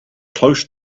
close